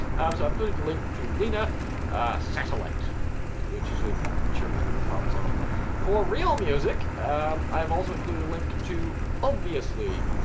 so i've included a link to lena satellite which is a chirpy little pop song for real music um i've also included a link to obviously,